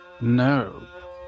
No